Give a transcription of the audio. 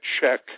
check